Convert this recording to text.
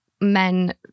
men